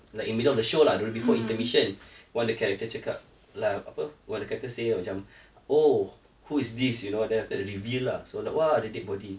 like in the middle of the show lah before intermission one of the character cakap what the character say macam oh who is this you know then after that reveal lah so like !wah! a dead body